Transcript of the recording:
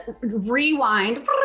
rewind